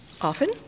Often